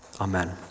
Amen